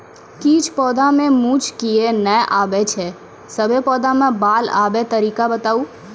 किछ पौधा मे मूँछ किये नै आबै छै, सभे पौधा मे बाल आबे तरीका बताऊ?